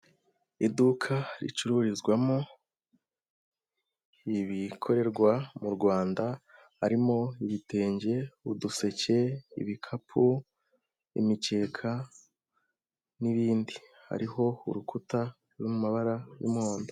Iduka ricururizwamo ibikorerwa mu Rwanda harimo ibitenge, uduseke, ibikapu, imikeka n'ibindi, hariho urukuta ruri mu mabara y'umuhondo.